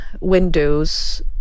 windows